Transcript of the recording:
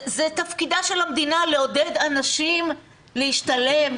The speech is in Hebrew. זה תפקיד המדינה לעודד אנשים להשתלם,